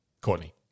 Courtney